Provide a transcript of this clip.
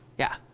yeah?